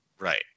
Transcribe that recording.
Right